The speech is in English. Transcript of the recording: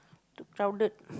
too crowded